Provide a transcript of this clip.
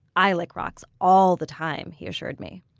i lick rocks all the time, he assured me.